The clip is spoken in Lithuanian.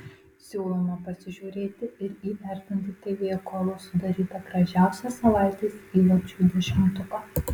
siūlome pasižiūrėti ir įvertinti tv golo sudarytą gražiausią savaitės įvarčių dešimtuką